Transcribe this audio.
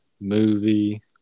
movie